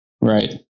Right